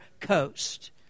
coast